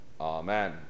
Amen